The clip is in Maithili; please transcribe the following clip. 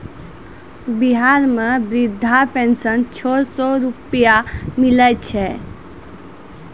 बिहार मे वृद्धा पेंशन छः सै रुपिया मिलै छै